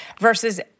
versus